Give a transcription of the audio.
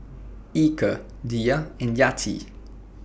Eka Dhia and Yati